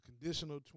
conditional